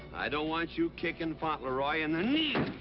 i don't want you kicking fauntleroy in the knee.